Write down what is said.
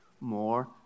more